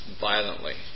violently